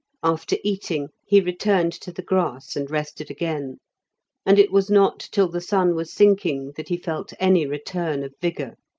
after eating, he returned to the grass and rested again and it was not till the sun was sinking that he felt any return of vigour.